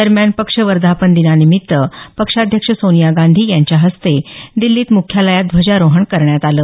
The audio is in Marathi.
दरम्यान पक्ष वर्धापनदिनानिमित्त पक्षाध्यक्ष सोनिया गांधी यांच्या हस्ते दिल्लीत मुख्यालयात ध्वजारोहण करण्यात आलं